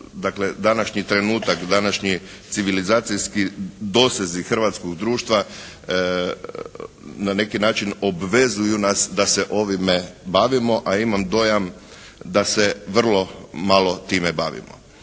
dakle današnji trenutak, današnji civilizacijski dosezi hrvatskog društva na neki način obvezuju nas da se ovime bavimo, a imam dojam da se vrlo malo time bavimo.